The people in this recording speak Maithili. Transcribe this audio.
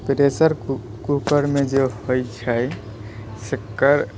प्रेशर कूकरमे जे होइ छै सेकर